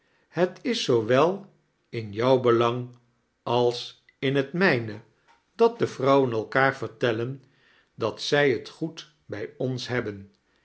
het is zoowel in jou belang als in het mijae dat de vrouwen elkaar vertellen dat zij t goed bij ons hebben